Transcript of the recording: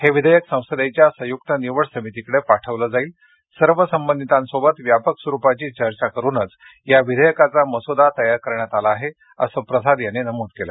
हे विधेयक संसदेच्या संयुक्त निवड समितीकडे पाठवलं जाईल सर्व संबंधितांशी व्यापक स्वरुपाची चर्चा करूनच या विधेयकाचा मसूदा तयार करण्यात आला आहे असं प्रसाद यांनी यावेळी नमूद केलं